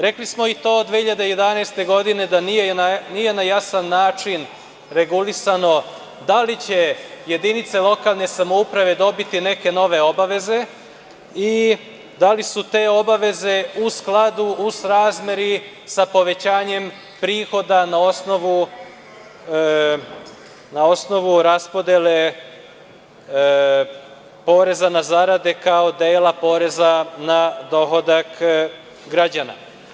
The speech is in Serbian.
Rekli smo i to 2011. godine da nije na jasan način regulisano da li će jedinice lokalne samouprave dobiti neke nove obaveze i da li su te obaveze u skladu, u srazmeri sa povećanjem prihoda na osnovu raspodele poreza na zarade, kao dela poreza na dohodak građana.